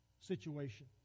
situation